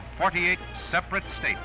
of forty eight separate state